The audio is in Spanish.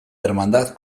hermandad